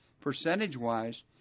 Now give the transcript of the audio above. percentage-wise